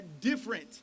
different